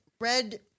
Red